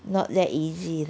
not that easy